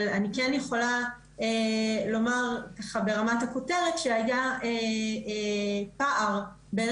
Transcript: אבל אני כן יכולה לומר ככה ברמת הכותרת שהיה פער בין